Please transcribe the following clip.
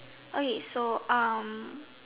okay so um